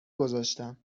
گذاشتم